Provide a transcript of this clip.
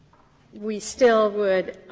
we still would